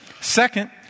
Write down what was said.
Second